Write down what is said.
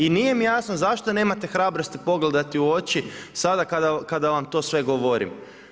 I nije mi jasno zašto nemate hrabrosti pogledati u oči sada kada vam to sve govorim.